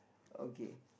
okay